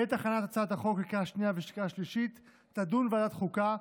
בעת הכנת הצעת החוק לקריאה שנייה ולקריאה שלישית תדון ועדת החוקה,